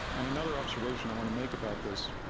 and another observation i want to make about this,